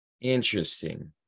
Interesting